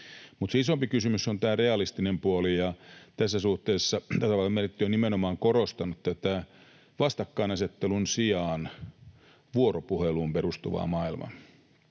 isompi kysymys on tämä realistinen puoli, ja tässä suhteessa tasavallan presidentti on nimenomaan korostanut vastakkainasettelun sijaan vuoropuheluun perustuvaa maailmaa.